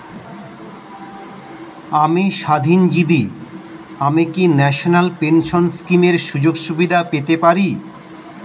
আমি স্বাধীনজীবী আমি কি ন্যাশনাল পেনশন স্কিমের সুযোগ সুবিধা পেতে পারি?